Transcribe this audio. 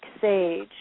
sage